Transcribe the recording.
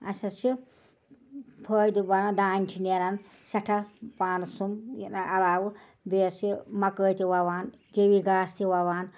اَسہِ حظ چھُ فٲیدٕ بنان دانہِ چھُ نیران سٮ۪ٹھاہ پانس سُمب یہِ نہٕ آلاوٕ بیٚیہِ حظ چھِ مٲے تہِ ووان کِوی گاسہٕ تہِ وَوان